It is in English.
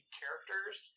characters